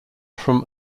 from